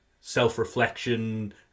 self-reflection